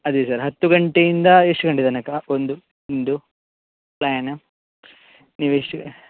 ಅದೆ ಸರ್ ಹತ್ತು ಗಂಟೆಯಿಂದ ಎಷ್ಟು ಗಂಟೆ ತನಕ ಒಂದು ನಿಮ್ದು ಪ್ಲ್ಯಾನ್ ನೀವು ಎಷ್ಟು